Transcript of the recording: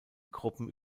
gruppen